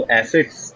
assets